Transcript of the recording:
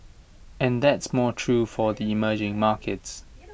and that's more true for the emerging markets